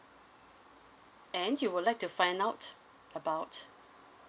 and you would like to find out about